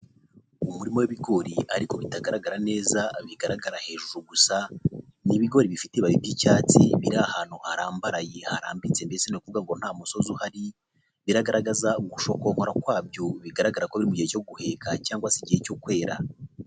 Umurima w'ibigori ariko bitagaragara neza bigaragara hejuru gusa. Ni ibigori bifite ibibabi by'icyatsi biri ahantu harambaraye harambitse ndetse ni ukuvuga ngo nta musozi uhari. Biragaragaza ugushokonkora kwabyo bigaragara ko bigeze mu gihe cyo guheka cyangwa se igihe cyo kwera.